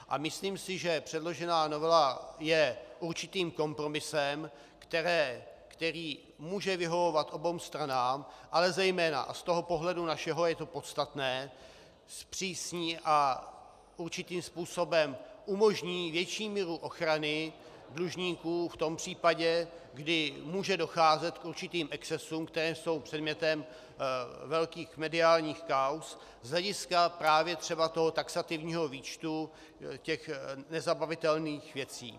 A myslím si, že předložená novela je určitým kompromisem, který může vyhovovat oběma stranám, ale zejména, a z našeho pohledu je to podstatné, zpřísní a určitým způsobem umožní větší míru ochrany dlužníků v tom případě, kdy může docházet k určitým excesům, které jsou předmětem velkých mediálních kauz z hlediska právě třeba taxativního výčtu nezabavitelných věcí.